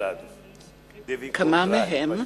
כמה מהם,